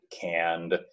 canned